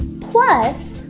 plus